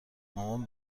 مامان